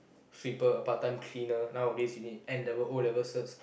sweeper a part time cleaner nowadays you need N-level O level certs